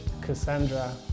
Cassandra